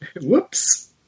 whoops